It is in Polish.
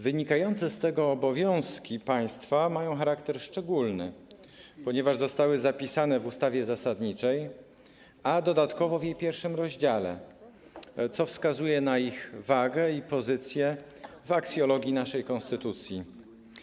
Wynikające z tego obowiązki państwa mają charakter szczególny, ponieważ zostały zapisane w ustawie zasadniczej, i to w jej pierwszym rozdziale, co wskazuje na ich wagę i pozycję w aksjologii naszej konstytucji.